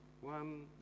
one